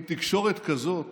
עם תקשורת כזאת